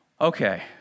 Okay